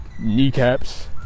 kneecaps